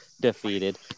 defeated